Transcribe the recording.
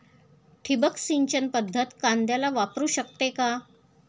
ठिबक सिंचन पद्धत कांद्याला वापरू शकते का?